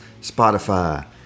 Spotify